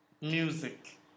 Music